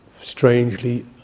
strangely